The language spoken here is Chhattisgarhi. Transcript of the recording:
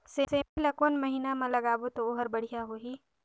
सेमी ला कोन महीना मा लगाबो ता ओहार बढ़िया होही?